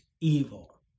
evil